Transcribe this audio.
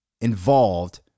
involved